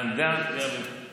זה תלוי בזה.